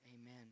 Amen